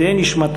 תהא נשמת